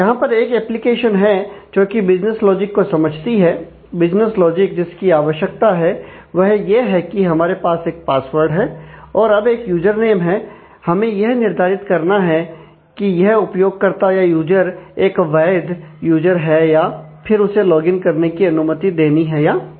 यहां पर एक एप्लीकेशन है जोकि बिजनेस लॉजिक को समझती है बिजनेस लॉजिक जिसकी आवश्यकता है वह यह है कि हमारे पास एक पासवर्ड है और अब एक यूजरनेम है हमें यह निर्धारित करना है कि यह उपयोगकर्ता या यूजर एक वैध यूज़र है या फिर उसे लॉगइन करने की अनुमति देनी है या नहीं